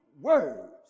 words